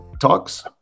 Talks